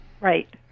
Right